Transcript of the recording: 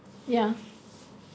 ya